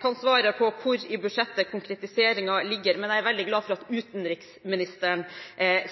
kan svare på hvor i budsjettet konkretiseringen ligger, men jeg er veldig glad for at utenriksministeren